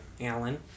Alan